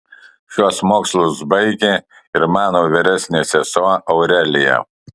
šiuos mokslus baigė ir mano vyresnė sesuo aurelija